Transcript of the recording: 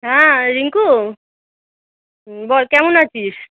হ্যাঁ রিঙ্কু হুম বল কেমন আছিস